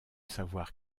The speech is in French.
savoir